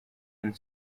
and